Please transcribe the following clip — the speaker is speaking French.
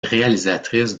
réalisatrice